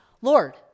Lord